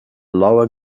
lower